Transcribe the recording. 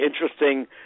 interesting